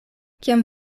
kiam